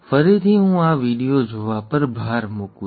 ફરીથી હું આ વિડિઓ જોવા પર ભાર મૂકું છું